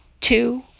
two